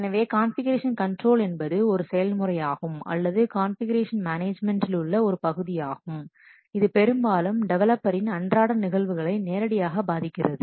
எனவே configuration control என்பது ஒரு செயல்முறையாகும் அல்லது கான்ஃபிகுரேஷன் மேனேஜ்மென்டில் உள்ள ஒரு பகுதியாகும் இது பெரும்பாலும் டெவலப்பரின் அன்றாட நிகழ்வுகளை நேரடியாக பாதிக்கிறது